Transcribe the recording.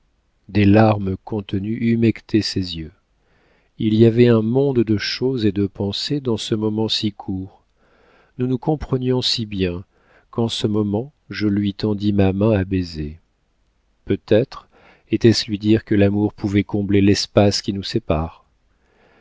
des larmes contenues humectaient ses yeux il y avait un monde de choses et de pensées dans ce moment si court nous nous comprenions si bien qu'en ce moment je lui tendis ma main à baiser peut-être était-ce lui dire que l'amour pouvait combler l'espace qui nous sépare